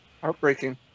Heartbreaking